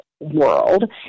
World